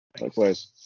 Likewise